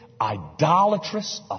idolatrous